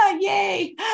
Yay